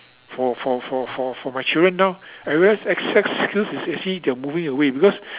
for for for for for my children now I realise Excel skill is actually they are moving away because